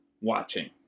watching